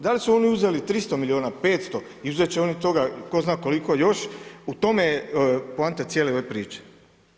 Da li su oni uzeli 300 milijuna, 500 i uzet će oni toga ko zna koliko još u tome je poanta cijele ove priče.